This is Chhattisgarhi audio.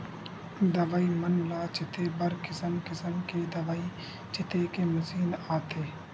दवई मन ल छिते बर किसम किसम के दवई छिते के मसीन आथे